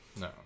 No